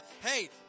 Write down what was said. hey